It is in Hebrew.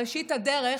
בראשית הדרך,